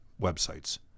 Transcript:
websites